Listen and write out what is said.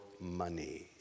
money